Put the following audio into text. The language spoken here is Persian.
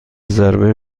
ضربه